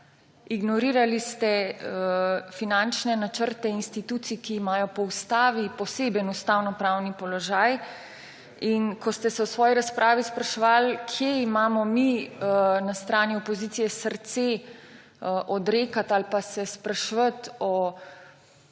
ignorirali ste finančne načrte institucij, ki imajo po ustavi poseben ustavnopravni položaj in ko ste se v svoji razpravi spraševali, kje imamo mi na strani opozicije srce odrekati ali pa se spraševati o